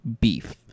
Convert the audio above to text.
beef